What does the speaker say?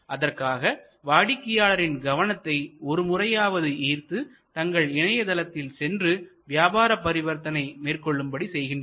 அதற்காக வாடிக்கையாளரின் கவனத்தை ஒருமுறையாவது ஈர்த்து தங்கள் இணையதளத்தில் சென்று வியாபார பரிவர்த்தனை மேற்கொள்ளும்படி செய்கின்றனர்